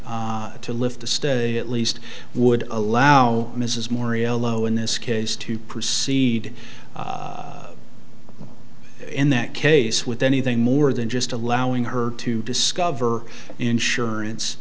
stay to lift the stay at least would allow mrs more e l o in this case to proceed in that case with anything more than just allowing her to discover insurance